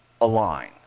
align